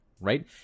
right